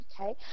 Okay